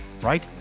right